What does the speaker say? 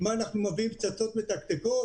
מה, אנחנו מביאים פצצות מתקתקות?